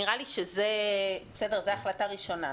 אוקיי, נראה לי שזה החלטה ראשונה.